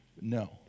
No